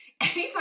anytime